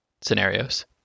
scenarios